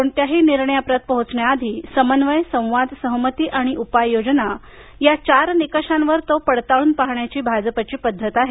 कोणत्याही निर्णयाप्रत पोहोचण्याआधी समन्वय संवाद सहमती आणि उपाययोजना या चार निकषांवर तो पडताळून पाहण्याची भाजपची पद्धत आहे